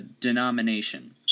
denomination